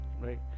Right